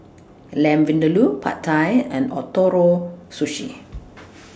Lamb Vindaloo Pad Thai and Ootoro Sushi